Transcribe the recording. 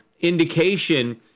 indication